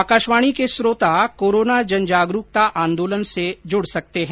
आकाशवाणी श्रोता भी कोरोना जनजागरुकता आंदोलन से जुड सकते हैं